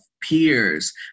peers